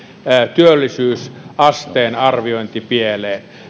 työllisyysasteen arviointi pieleen